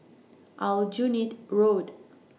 Aljunied Road